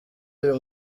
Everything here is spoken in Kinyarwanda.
uyu